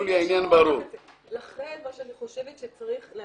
אם הוא אירוע שרק צריך לסגור,